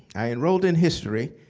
i enrolled in history,